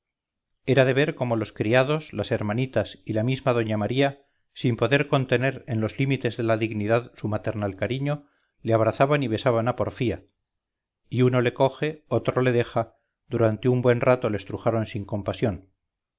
era de ver cómo los criados las hermanitas y la misma doña maría sin poder contener en los límites de la dignidad su maternal cariño le abrazaban y besaban a porfía y uno le coge otro le deja durante un buen rato le estrujaron sin compasión